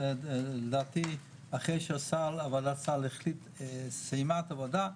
לדעתי אחרי שוועדת הסל סיימה את העבודה,